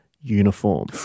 uniform